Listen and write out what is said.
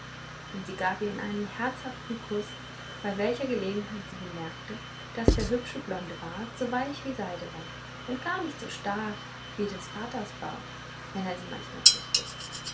und sie gab ihm einen herzhaften kuß bei welcher gelegenheit sie bemerkte daß der hübsche blonde bart so weich wie seide war und gar nicht so stach wie des vaters bart wenn der sie manchmal küßte